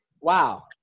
wow